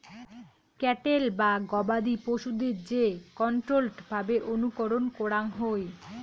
cattle বা গবাদি পশুদের যে কন্ট্রোল্ড ভাবে অনুকরণ করাঙ হই